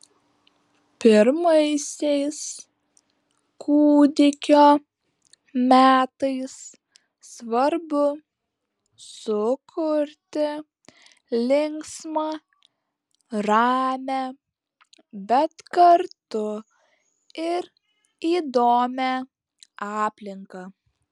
pirmaisiais kūdikio metais svarbu sukurti linksmą ramią bet kartu ir įdomią aplinką